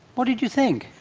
what did you think?